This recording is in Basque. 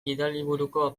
gidaliburuko